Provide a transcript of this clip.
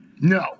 No